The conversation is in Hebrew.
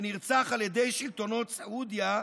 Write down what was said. שנרצח על ידי שלטונות סעודיה,